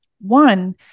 One